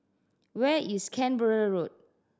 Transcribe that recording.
where is Canberra Road